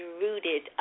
rooted